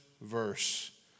verse